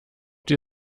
die